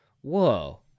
Whoa